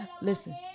Listen